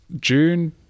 June